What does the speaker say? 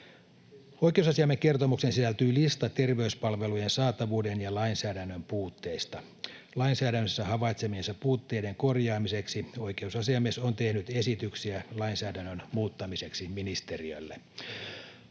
Oikeusasiamiehen kertomukseen sisältyy lista terveyspalvelujen saatavuuden ja lainsäädännön puutteista. Lainsäädännössä havaitsemiensa puutteiden korjaamiseksi oikeusasiamies on tehnyt ministeriölle esityksiä lainsäädännön muuttamiseksi. Oikeusasiamies